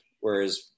whereas